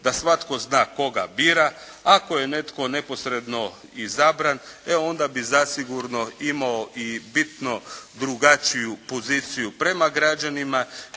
da svatko zna koga bira. Ako je netko neposredno izabran e onda bi zasigurno imao i bitno drugačiju poziciju prema građanima